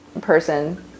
person